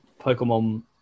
Pokemon